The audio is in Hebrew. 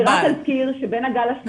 ואז